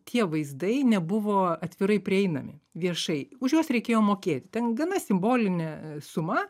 tie vaizdai nebuvo atvirai prieinami viešai už juos reikėjo mokėti ten gana simbolinė suma